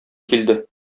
килде